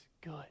good